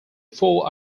four